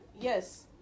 Yes